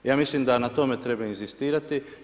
Ja mislim da na tome treba inzistirati.